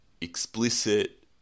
explicit